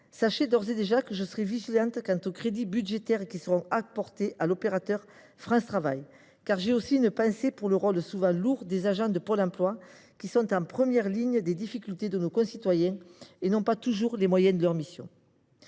Sachez d’ores et déjà que je serai vigilante quant aux crédits budgétaires qui seront apportés à l’opérateur France Travail, car j’ai aussi une pensée pour le rôle souvent lourd des agents de Pôle emploi, qui sont en première ligne face aux difficultés de nos concitoyens et n’ont pas toujours les moyens suffisants